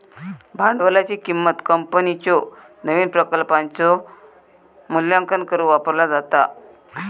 भांडवलाची किंमत कंपनीच्यो नवीन प्रकल्पांचो मूल्यांकन करुक वापरला जाता